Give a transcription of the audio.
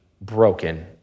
broken